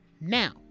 now